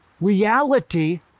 reality